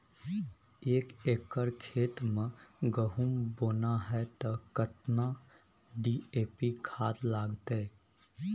एक एकर खेत मे गहुम बोना है त केतना डी.ए.पी खाद लगतै?